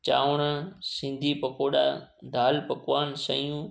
चांवर सिंधी पकोड़ा दाल पकवान सयूं